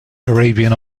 arabian